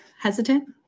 hesitant